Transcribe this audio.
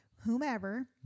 whomever